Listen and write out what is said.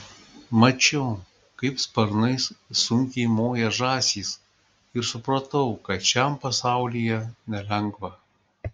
mačiau kaip sparnais sunkiai moja žąsys ir supratau kad šiam pasaulyje nelengva